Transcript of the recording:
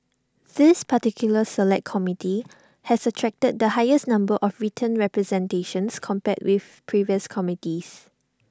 this particular Select Committee has attracted the highest number of written representations compared with previous committees